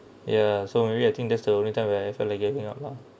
ya so maybe I think that's the only time where I feel like getting up lah